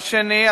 השני,